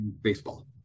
baseball